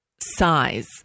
size